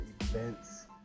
events